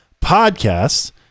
podcasts